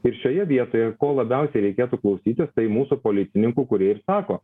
ir šioje vietoje ko labiausiai reikėtų klausytis tai mūsų policininkų kurie ir sako